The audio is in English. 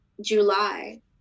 July